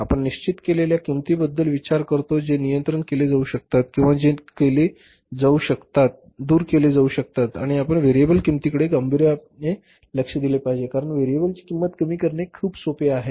आपण निश्चित केलेल्या किंमतींबद्दल विचार करतो जे नियंत्रित केले जाऊ शकतात किंवा जे दूर केले जाऊ शकतात आणि आपण व्हेरिएबल किंमतीकडे गांभीर्याने लक्ष दिले पहिले कारण व्हेरिएबलची किंमत कमी करणे खूप सोपे आहे